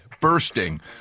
bursting